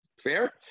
fair